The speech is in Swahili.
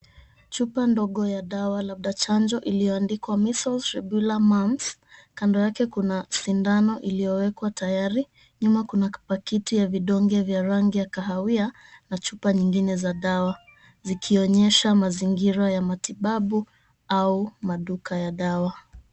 Chupa ndogo ya dawa, labda chanjo iliyoandikwa measles rubella mumps. Kando yake kuna sindano iliyowekwa tayari, nyuma kuna kapakiti ya vidonge vya rangi ya kahawia na chupa nyingine za dawa zikionyesha mazingira ya matibabu au maduka ya dawa.